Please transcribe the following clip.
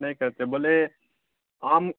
نہیں کرتے بولے آم